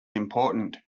important